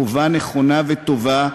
חובה נכונה וטובה,